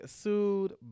sued